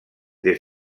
des